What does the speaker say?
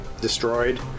destroyed